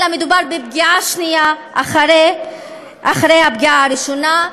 אלא מדובר בפגיעה שנייה אחרי הפגיעה הראשונה,